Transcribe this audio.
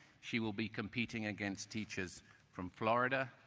she will be competing against teachers from florida,